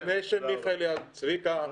צביקה,